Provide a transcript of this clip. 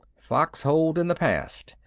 foxholed in the past,